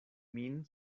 min